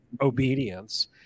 obedience